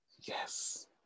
yes